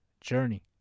journey